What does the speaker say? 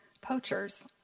poachers